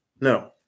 No